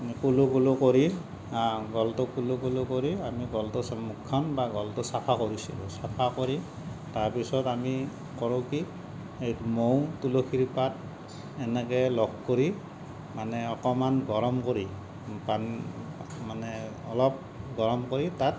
কুলুকুলু কৰি গলটো কুলুকুলু কৰি আমি গলটো মুখখন বা গলটো চাফা কৰিছিলোঁ চাফা কৰি তাৰপিছত আমি কৰোঁ কি এই মৌ তুলসীৰ পাত এনেকে লগ কৰি মানে অকণমান গৰম কৰি পানী মানে অলপ গৰম কৰি তাত